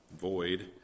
void